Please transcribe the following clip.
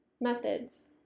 Methods